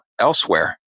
elsewhere